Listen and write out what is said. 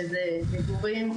שזה מגורים,